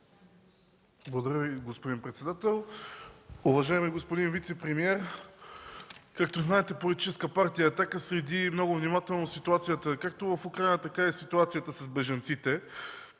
Благодаря Ви, господин председател. Уважаеми господин вицепремиер! Както знаете, Политическа партия „Атака” следи много внимателно ситуацията както в Украйна, така и ситуацията с бежанците.